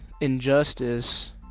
injustice